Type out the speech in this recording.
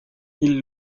ils